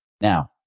Now